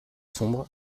sombre